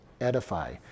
edify